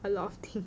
a lot of things